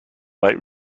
light